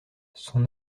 son